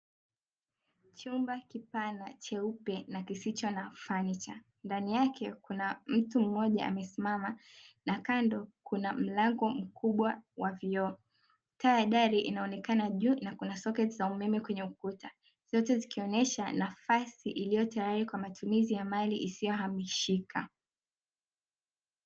Chumba kipana cheupe na kisicho na fanicha, ndani yake kuna mtu mmoja amesimama na kando kuna mlango mkubwa wa vioo. Taa ya dali inaonekana juu na kuna Soketi za umeme kwenye ukuta, zote zikionyesha nafasi iliotayari kwa matumizi ya mali isiyo hamishika.